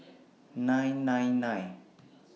nine nine nine